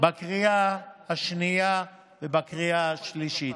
בקריאה השנייה ובקריאה השלישית.